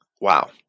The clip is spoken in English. wow